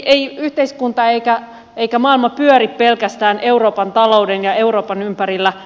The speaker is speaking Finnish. ei yhteiskunta eikä maailma pyöri pelkästään euroopan talouden ja euroopan ympärillä